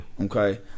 Okay